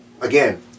Again